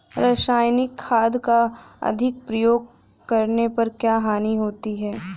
रासायनिक खाद का अधिक प्रयोग करने पर क्या हानि होती है?